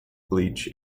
bleach